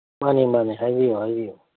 ꯃꯥꯅꯦ ꯃꯥꯅꯦ ꯍꯥꯏꯕꯤꯌꯨ ꯍꯥꯏꯕꯤꯌꯨ